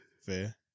Fair